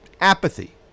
apathy